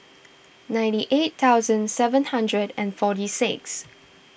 ninety eight thousand seven hundred and forty six